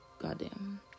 goddamn